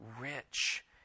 rich